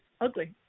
ugly